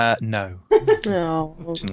No